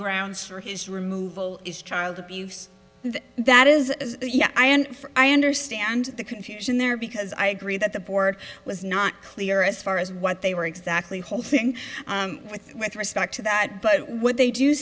grounds for his removal is child abuse and that is yeah i and i understand the confusion there because i agree that the board was not clear as far as what they were exactly whole thing with with respect to that but what they do